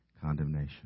condemnation